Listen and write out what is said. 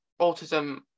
autism